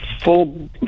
full